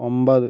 ഒമ്പത്